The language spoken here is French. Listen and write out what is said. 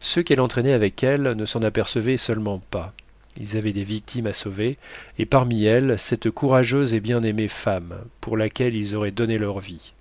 ceux qu'elle entraînait avec elle ne s'en apercevaient seulement pas ils avaient des victimes à sauver et parmi elles cette courageuse et bien-aimée femme pour laquelle ils auraient donné leur vie